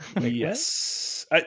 Yes